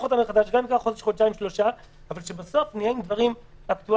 אותם מחדש אבל שבסוף נהיה עם דברים אקטואליים.